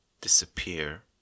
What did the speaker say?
disappear